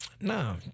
No